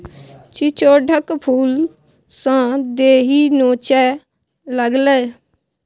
चिचोढ़क फुलसँ देहि नोचय लागलै